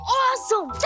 awesome